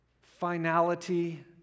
finality